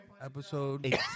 Episode